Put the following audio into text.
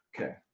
Okay